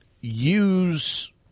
use